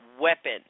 weapon